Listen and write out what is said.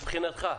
מבחינתך,